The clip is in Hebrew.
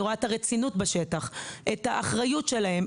אני רואה את הרצינות בשטח ואת האחריות שלהם.